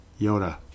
Yoda